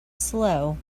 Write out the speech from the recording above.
slow